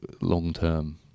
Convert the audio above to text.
long-term